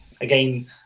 again